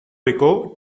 rico